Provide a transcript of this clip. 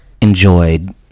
enjoyed